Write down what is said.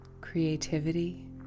Creativity